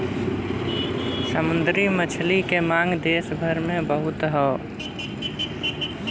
समुंदरी मछली के मांग देस भर में बहुत हौ